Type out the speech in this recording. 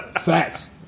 Facts